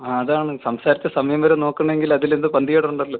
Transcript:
ആ അതാണ് സംസാരിച്ച സമയം വരെ നോക്കണമെങ്കിൽ അതിലെന്തോ പന്തികേടുണ്ടല്ലോ